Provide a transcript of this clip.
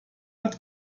hat